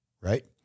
right